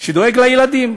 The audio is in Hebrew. שדואג לילדים,